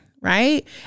Right